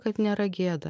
kad nėra gėda